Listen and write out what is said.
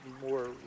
more